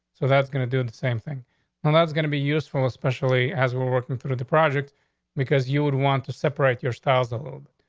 so that's gonna do the same thing and that's gonna be useful, especially as we're working through the project because you would want to separate your styles a little bit.